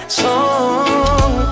song